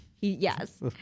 Yes